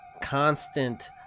constant